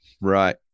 Right